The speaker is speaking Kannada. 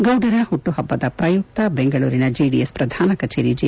ಗೌಡರ ಹಟ್ಟು ಹಬ್ಬದ ಪ್ರಯುಕ್ತ ಬೆಂಗಳೂರಿನ ಜೆಡಿಎಸ್ ಪ್ರಧಾನ ಕಚೇರಿ ಜೆ